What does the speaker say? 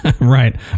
right